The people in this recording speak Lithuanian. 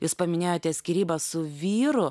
jūs paminėjote skyrybas su vyru